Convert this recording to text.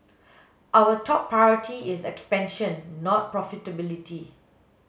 our top priority is expansion not profitability